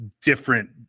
different